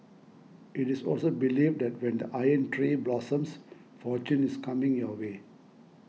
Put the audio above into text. it is also believed that when the Iron Tree blossoms fortune is coming your way